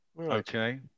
Okay